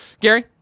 Gary